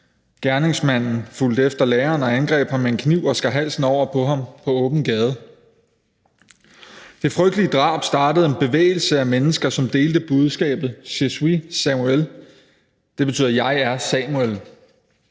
Gerningsmanden fulgte efter læreren og angreb ham med en kniv og skar halsen over på ham på åben gade. Det frygtelige drab startede en bevægelse af mennesker, som delte budskabet Je suis Samuel. Det betyder: Jeg er Samuel.